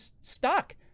stuck